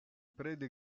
prede